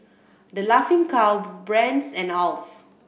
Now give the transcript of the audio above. The Laughing Cow Brand's and Alf